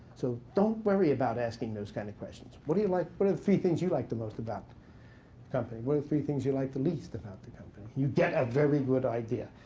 so don't worry about asking those kind of questions. what do you like what are the three things you like the most about the company? what are three things you like the least about the company? you get a very good idea.